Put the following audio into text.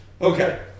Okay